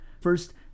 First